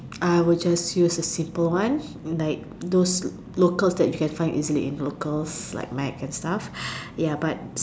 I will just use the simple one like those locals that you can find easily in locals like night and stuff ya but